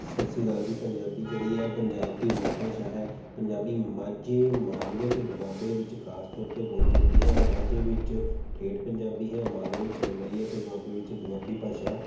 ਸਤਿ ਸ਼੍ਰੀ ਅਕਾਲ ਜੀ ਪੰਜਾਬੀ ਜਿਹੜੀ ਹੈ ਪੰਜਾਬ ਦੀ ਮੁੱਖ ਭਾਸ਼ਾ ਹੈ ਪੰਜਾਬੀ ਮਾਝੇ ਮਾਲਵੇ ਅਤੇ ਦੁਆਬੇ ਵਿੱਚ ਖਾਸ ਤੌਰ 'ਤੇ ਬੋਲੀ ਜਾਂਦੀ ਹੈ ਮਾਝੇ ਵਿੱਚ ਠੇਠ ਪੰਜਾਬੀ ਹੈ ਮਾਲਵੇ ਵਿੱਚ ਮਲਵਈ ਹੈ ਅਤੇ ਦੁਆਬੇ ਵਿੱਚ ਦੁਆਬੀ ਭਾਸ਼ਾ